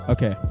Okay